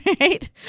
right